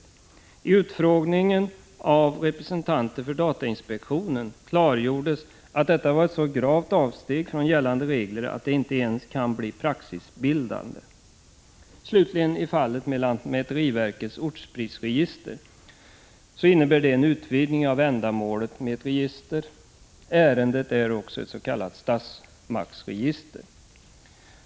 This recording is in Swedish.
Vid utfrågningen av representanter för datainspektionen klargjordes att detta var ett så gravt avsteg från gällande regler att det inte ens kan bli praxisbildande. Fallet med lantmäteriverkets ortsprisregister, slutligen, innebär en utvidgning av ändamålet med ett register. Ärendet gäller ett s.k. statsmaktsregister.